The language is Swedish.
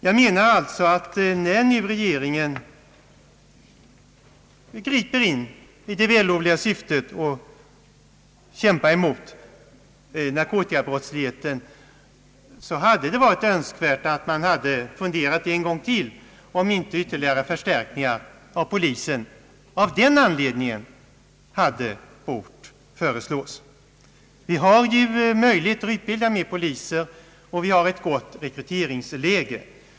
Jag menar alltså att när nu regeringen griper in i det vällovliga syftet att kämpa emot narkotikabrottsligheten, hade det varit önskvärt att man funderat en gång till på frågan, om inte ytterligare förstärkning av polisen av den anledningen hade bort föreslås. Vi har ju möjligheter att utbilda flera poliser, och vi har ett gott rekryteringsläge.